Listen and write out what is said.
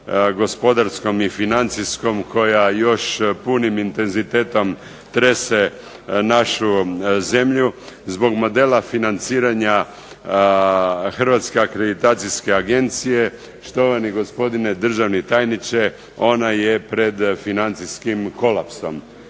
gospodarskom i financijskom koja još punim intenzitetom trese našu zemlju, zbog modela financiranja Hrvatske akreditacijske agencije, štovani gospodine državni tajniče ona je pred financijskim kolapsom.